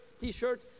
t-shirt